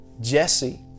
Jesse